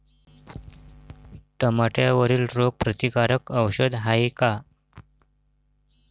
टमाट्यावरील रोग प्रतीकारक औषध हाये का?